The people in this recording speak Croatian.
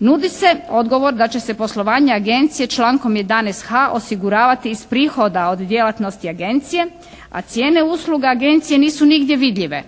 Nudi se odgovor da će se poslovanje Agencije člankom 11.h osiguravati iz prihoda od djelatnosti Agencije a cijene usluga Agencije nisu nigdje vidljive.